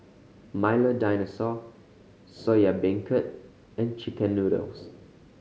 Milo Dinosaur Soya Beancurd and chicken noodles